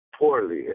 poorly